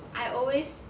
I always